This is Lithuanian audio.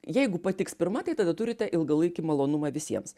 jeigu patiks pirma tai tada turite ilgalaikį malonumą visiems